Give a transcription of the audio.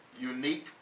unique